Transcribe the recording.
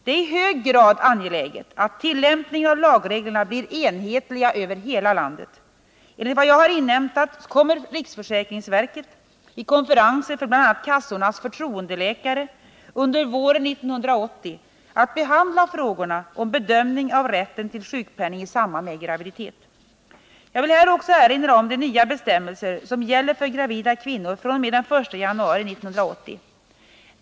Det är i hög grad angeläget att tillämpningen av lagreglerna bli enhetliga över hela landet. Enligt vad jag inhämtat kommer riksförsäkringsverket, vid konferenser för bl.a. kassornas förtroendeläkare under våren 1980, att behandla frågorna om bedömning av rätten till sjukpenning i samband med graviditet. Jag vill här också erinra om de nya bestämmelser som gäller för gravida kvinnor fr.o.m. den 1 januari 1980.